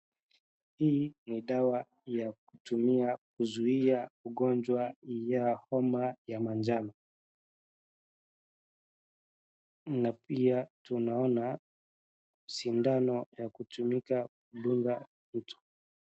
Hii ni dawa ya kutumia kuzuia ugonjwa ya homa ya manjano na pia tunaona sindano ya kutumika kudunga mtu.